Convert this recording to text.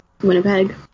Winnipeg